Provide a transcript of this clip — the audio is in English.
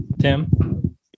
Tim